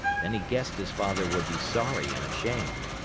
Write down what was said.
then he guessed his father would be sorry and ashamed.